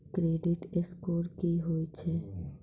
Credit score की होय छै?